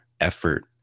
effort